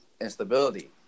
instability